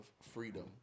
freedom